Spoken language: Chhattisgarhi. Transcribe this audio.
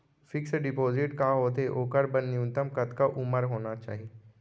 फिक्स डिपोजिट का होथे ओखर बर न्यूनतम कतका उमर होना चाहि?